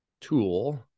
Tool